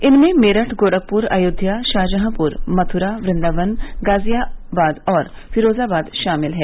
इनमें मेरठ गोरखपुर अयोध्या शाहजहांपुर मथुरा वृंदावन गाजियाबाद और फिरोजाबाद शामिल है